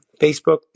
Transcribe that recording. Facebook